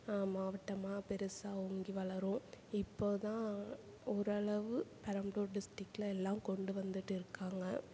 மாவட்டமாக பெருசாக ஓங்கி வளரும் இப்போ தான் ஓரளவு பெரம்பலூர் டிஸ்ட்ரிக்ட்டில் எல்லாம் கொண்டு வந்துகிட்டு இருக்காங்க